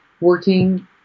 working